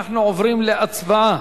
אנחנו עוברים להצבעה,